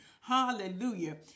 Hallelujah